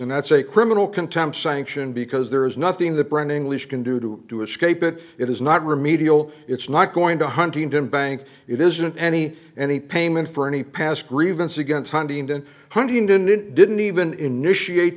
and that's a criminal contempt sanction because there is nothing the brain english can do to escape it it is not remedial it's not going to huntington bank it isn't any any payment for any past grievance against huntington huntingdon in didn't even initiate